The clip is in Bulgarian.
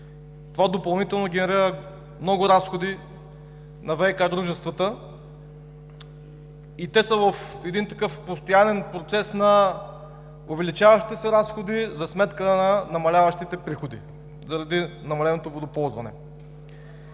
Това допълнително генерира много разходи на ВиК дружествата и те са в един такъв постоянен процес на увеличаващи се разходи за сметка на намаляващите приходи, заради намаленото водоползване.